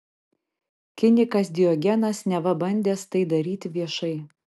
kinikas diogenas neva bandęs tai daryti viešai